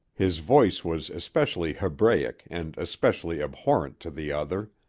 his voice was especially hebraic and especially abhorrent to the other